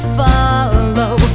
follow